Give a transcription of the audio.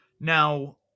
Now